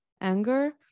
anger